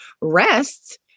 rest